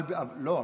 לא,